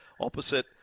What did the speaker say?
opposite